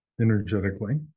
energetically